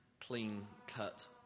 clean-cut